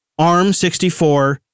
ARM64